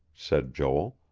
said joel.